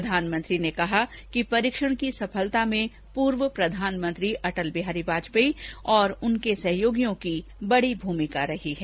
प्रधानमंत्री ने कहा है कि परीक्षण की सफलता में पूर्व प्रधानमंत्री अटल बिहारी वाजपेयी और उनके सहयोगियों की बड़ी भूमिका रही है